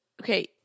Okay